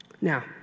Now